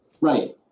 Right